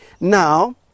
Now